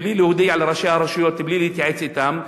מבלי להודיע לראשי הרשויות ובלי להתייעץ אתם,